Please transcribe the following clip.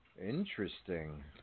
interesting